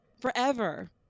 Forever